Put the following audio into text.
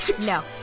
No